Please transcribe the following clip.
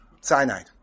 cyanide